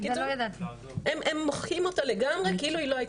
הם מוחקים אותה לגמרי כאילו היא לא הייתה.